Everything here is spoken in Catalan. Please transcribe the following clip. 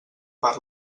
per